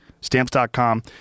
Stamps.com